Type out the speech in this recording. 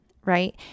right